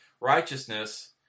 righteousness